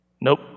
Nope